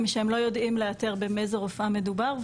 הם שהם לא יודעים לאתר באיזו רופאה מדובר,